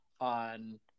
on